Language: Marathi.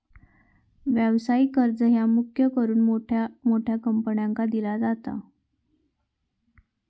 व्यवसायिक कर्ज ह्या मुख्य करून मोठ्या मोठ्या कंपन्यांका दिला जाता